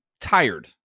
tired